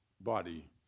body